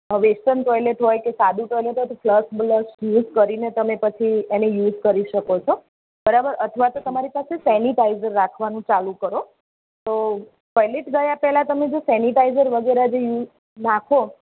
western toilet હોય કે સાદું ટોઇલેટ હોય તો ફ્લશ બ્લશ યુઝ કરીને તમે પછી એને યુઝ કરી શકો છો બરાબર અથવા તો તમારી પાસે સેનિટાઈઝર રાખવાનું ચાલુ કરો તો ટોઇલેટ ગયા પહેલાં તમે જો સેનિટાઇઝર વગેરે જે યુઝ નાખો